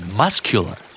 muscular